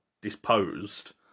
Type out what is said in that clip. disposed